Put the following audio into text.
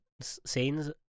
scenes